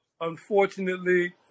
unfortunately